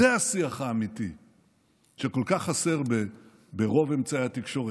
זה השיח האמיתי שכל כך חסר ברוב אמצעי התקשורת,